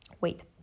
Wait